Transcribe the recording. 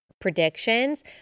predictions